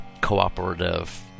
cooperative